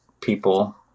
people